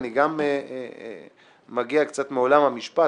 אני גם מגיע קצת מעולם המשפט.